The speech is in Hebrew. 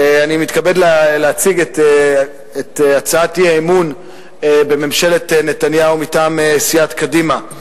אני מתכבד להציג את הצעת האי-אמון בממשלת נתניהו מטעם סיעת קדימה.